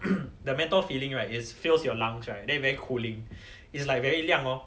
the menthol feeling right is fills your lungs right then very cooling is like very 凉 lor